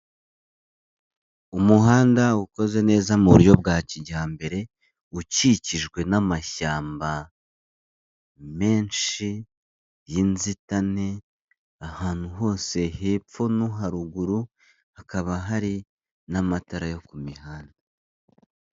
Umuhanda ukoze neza mu buryo bwa kijyambere ukikijwe n'amashyamba menshi y'inzitane ahantu hose hepfo no haruguru, hakaba hari n'amatara yo ku mihanda.